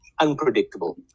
unpredictable